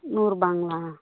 நூறுபாங்களா